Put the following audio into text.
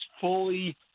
fully